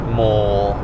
more